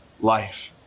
life